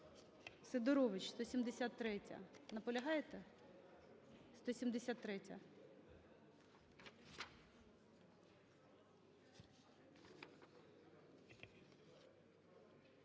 Сидорович, 173-я. Наполягаєте? 173-я.